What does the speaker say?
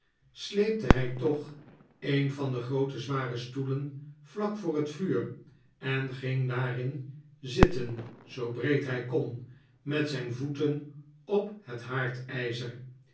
sleepte hij toch een van de groote zware stoelen vlak voor het vuur en ging daarin zitten zoo breed hij kon met zijn voeten op het